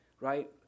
right